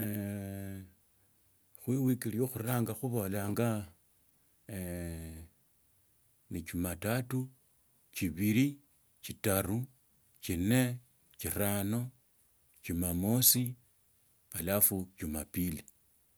Khuwiki bio khuranga khubolanga ere ni jumatatu chibili chitaru chinne. chirono. chumamosi. halaru jumapili.